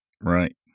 Right